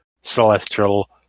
Celestial